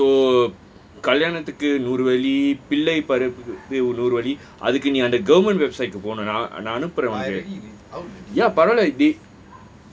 so கல்லயானத்துக்கு நூறு வழி பிள்ளை பொறக்குறதுக்கு நூறு வழி அதுக்கு:kalyaanathukku nooru wali pillai porakkurathukku nooru wali athukku government website கு போனும்:ku poanum ya நான் அனுப்புறன்:naa anuppuran